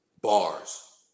Bars